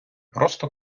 просто